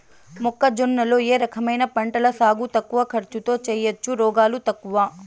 మొక్కజొన్న లో ఏ రకమైన పంటల సాగు తక్కువ ఖర్చుతో చేయచ్చు, రోగాలు తక్కువ?